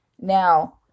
now